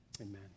amen